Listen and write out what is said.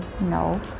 no